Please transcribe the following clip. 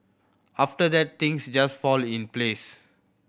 after that things just fell in place